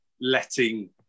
letting